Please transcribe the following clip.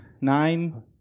nine